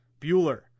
Bueller